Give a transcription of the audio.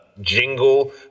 jingle